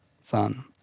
son